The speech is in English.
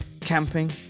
camping